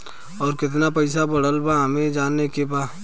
और कितना पैसा बढ़ल बा हमे जाने के बा?